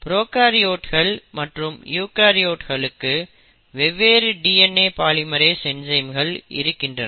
ப்ரோகாரியோட்கள் மற்றும் யூகரியோட்களுக்கு வெவ்வேறு DNA பாலிமெரேஸ் என்சைம்கள் இருக்கின்றன